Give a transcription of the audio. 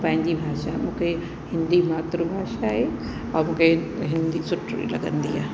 पंहिंजी भाषा मूंखे हिंदी मातृभाषा आहे ऐं मूंखे हिंदी सुठी लॻंदी आहे